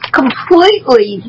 completely